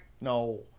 No